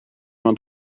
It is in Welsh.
ond